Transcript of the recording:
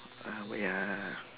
err wait ah